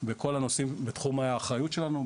וכל הנושאים בתחומי האחריות שלנו,